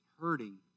hurting